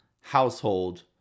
household